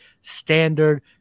standard